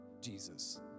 Jesus